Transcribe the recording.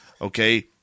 Okay